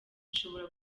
bishobora